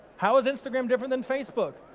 how is instagram different than facebook?